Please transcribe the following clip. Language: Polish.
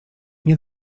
nie